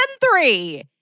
three